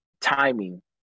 Timing